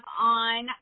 on